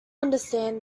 understand